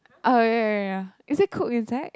oh ya ya ya is it cooked inside